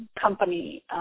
company